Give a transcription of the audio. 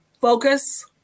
Focus